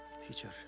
Teacher